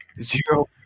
Zero